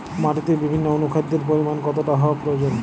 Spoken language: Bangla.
মাটিতে বিভিন্ন অনুখাদ্যের পরিমাণ কতটা হওয়া প্রয়োজন?